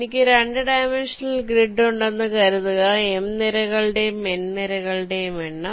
എനിക്ക് 2 dimensional grid ഉണ്ടെന്ന് കരുതുക M നിരകളുടെയും N നിരകളുടെയും എണ്ണം